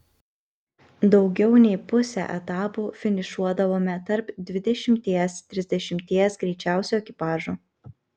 daugiau nei pusę etapų finišuodavome tarp dvidešimties trisdešimties greičiausių ekipažų